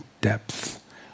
depth